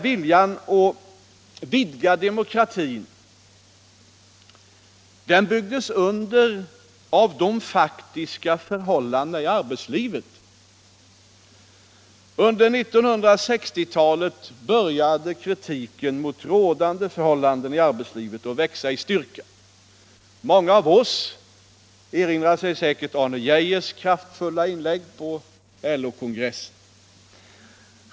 Viljan att vidga demokratin byggdes under av de faktiska förhållandena i arbetslivet. Under 1960-talet började kritiken mot de rådande förhållandena inom arbetslivet att växa i styrka. Många av oss erinrar sig säkert Arne Geijers kraftfulla inlägg på LO-kongressen.